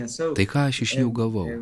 tai ką aš išėjau gavau